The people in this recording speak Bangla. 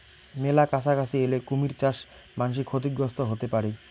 মেলা কাছাকাছি এলে কুমীর চাস মান্সী ক্ষতিগ্রস্ত হতে পারি